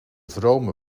vrome